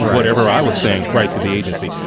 whatever i was saying, right to the agency,